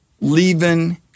leaving